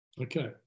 Okay